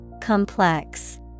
Complex